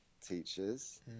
teachers